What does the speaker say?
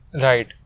Right